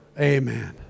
Amen